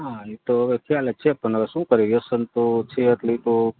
હા એ તો હવે પહેલે થી છે તો પણ હવે શું કરીએ વ્યસન તો છે એટલે એ તો